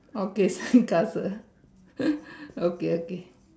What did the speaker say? okay sandcastle okay okay